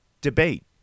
debate